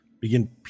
begin